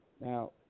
Now